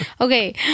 Okay